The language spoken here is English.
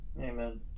Amen